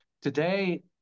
today